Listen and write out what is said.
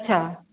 अछा